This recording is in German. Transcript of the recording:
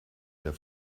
der